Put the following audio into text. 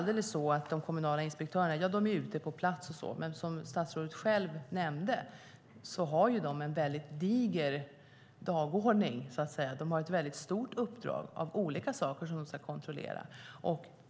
De kommunala inspektörerna är mycket riktigt ute på plats, men som statsrådet själv nämnde har de en väldigt diger dagordning. De har ett väldigt stort uppdrag med olika saker som de ska kontrollera.